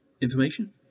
information